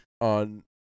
on